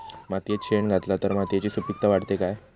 मातयेत शेण घातला तर मातयेची सुपीकता वाढते काय?